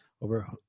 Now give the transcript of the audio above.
over